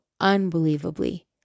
unbelievably